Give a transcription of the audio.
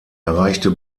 erreichte